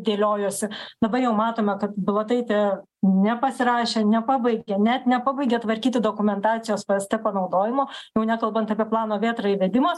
dėliojosi dabar jau matome kad bilotaitė nepasirašė nepabaigė net nepabaigė tvarkyti dokumentacijos pst panaudojimo jau nekalbant apie plano vėtra įvedimą